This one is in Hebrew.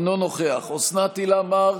אינו נוכח אוסנת הילה מארק,